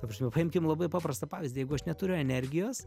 ta prasme paimkim labai paprastą pavyzdį jeigu aš neturiu energijos